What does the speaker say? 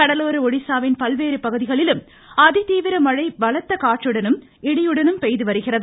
கடலோர ஒடிசாவின் பல்வேறு பகுதிகளிலும் அதி தீவிர மழை பலத்த காற்றுடனும் இடியுடனும் பெய்துவருகிறது